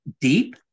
deep